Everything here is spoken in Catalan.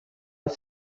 els